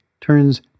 turns